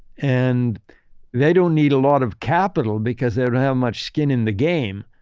and they don't need a lot of capital because they don't have much skin in the game.